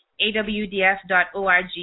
awdf.org